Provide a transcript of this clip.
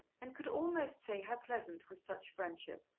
and could almost say how pleasant was such friendship,